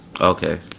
Okay